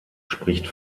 spricht